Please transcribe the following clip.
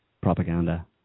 propaganda